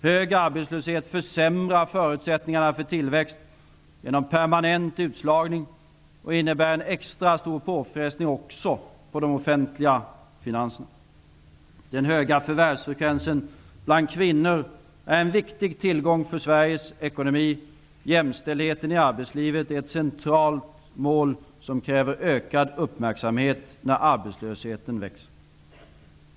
Hög arbetslöshet försämrar förutsättningarna för tillväxt genom permanent utslagning och innebär en extra stor påfrestning på de offentliga finanserna. Den höga förvärvsfrekvensen bland kvinnor är en viktig tillgång för Sveriges ekonomi. Jämställdheten i arbetslivet är ett centralt mål som kräver ökad uppmärksamhet när arbetslösheten växer.